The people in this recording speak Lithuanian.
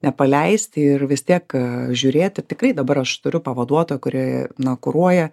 nepaleisti ir vis tiek žiūrėti tikrai dabar aš turiu pavaduotoją kuri na kuruoja